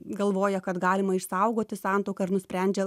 galvoja kad galima išsaugoti santuoką ar nusprendžia